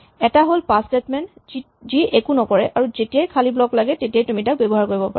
এটা হ'ল pass statement যি একো নকৰে আৰু যেতিয়াই খালী ব্লক লাগে তেতিয়াই তুমি তাক ব্যৱহাৰ কৰিব পাৰা